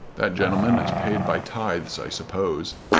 that gentleman is paid by tithes i suppose.